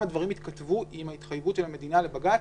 הדברים יתכתבו עם ההתחייבות של המדינה לבג"ץ,